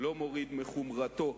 לא מוריד מחומרתו.